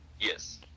yes